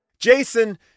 Jason